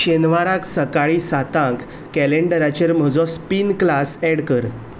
शेनवाराक सकाळीं सातांक कॅलेन्डराचेर म्हजो स्पीन क्लास ऍड कर